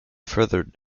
furthered